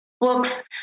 books